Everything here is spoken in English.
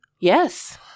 Yes